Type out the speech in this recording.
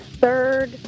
third